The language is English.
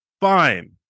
fine